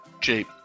Jeep